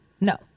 No